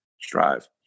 strive